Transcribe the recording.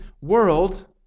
world